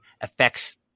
affects